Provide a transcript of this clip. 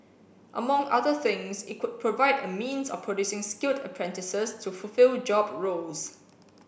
among other things it could provide a means of producing skilled apprentices to fulfill job roles